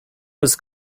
was